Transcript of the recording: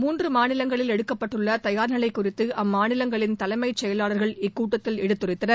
மூன்று மாநிலங்களில் எடுக்கப்பட்டுள்ள தயார் நிலை குறித்து அம்மாநிலங்களின் தலைமைச் செயலாளர்கள் இக்கூட்டத்தில் எடுத்துரைத்தனர்